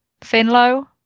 Finlow